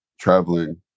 traveling